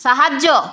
সাহায্য